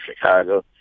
Chicago